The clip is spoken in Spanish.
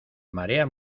marea